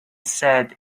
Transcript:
said